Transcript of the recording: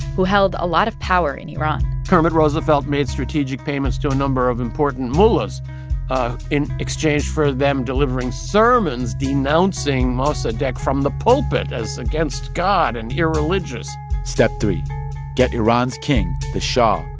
who held a lot of power in iran kermit roosevelt made strategic payments to a number of important mullahs in exchange for them delivering sermons denouncing mossadegh mossadegh from the pulpit as against god and irreligious step three get iran's king, the shah,